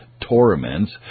torments